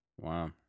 Wow